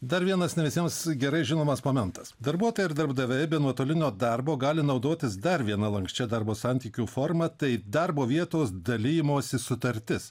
dar vienas ne visiems gerai žinomas momentas darbuotojai ir darbdaviai be nuotolinio darbo gali naudotis dar viena lanksčia darbo santykių forma tai darbo vietos dalijimosi sutartis